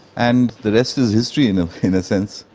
and the rest is history and and in a sense.